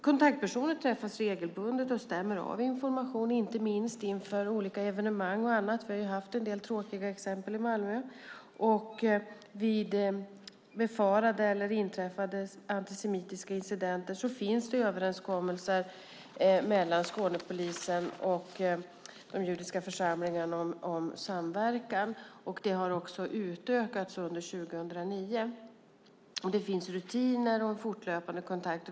Kontaktpersonerna träffas regelbundet och stämmer av information, inte minst inför olika evenemang och annat - vi har ju haft en del tråkiga exempel i Malmö. Vid befarade eller inträffade antisemitiska incidenter finns det överenskommelser mellan Skånepolisen och de judiska församlingarna om samverkan. Detta har också utökats under 2009. Det finns rutiner och en fortlöpande kontakt.